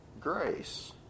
grace